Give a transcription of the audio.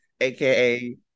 AKA